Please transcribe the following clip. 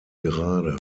gerade